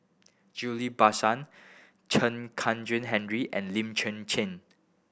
Ghillie Basan Chen Kezhan Henri and Lim Chwee Chian